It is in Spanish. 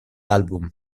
álbum